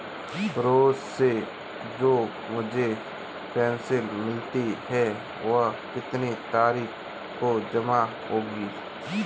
रोज़ से जो मुझे पेंशन मिलती है वह कितनी तारीख को जमा होगी?